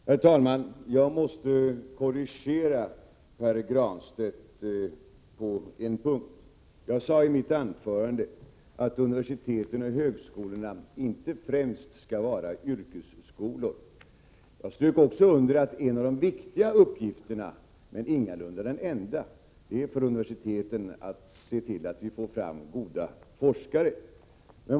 Herr talman! Jag måste korrigera Pär Granstedt på en punkt. Jag sade i mitt anförande att universiteten och högskolorna inte främst skall vara Prot. 1987/88:130 yrkesskolor. Jag strök också under att en av de viktiga uppgifterna, men ingalunda den enda, för universiteten är att få fram goda forskare.